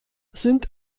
sind